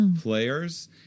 players